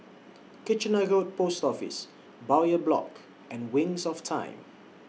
Kitchener Road Post Office Bowyer Block and Wings of Time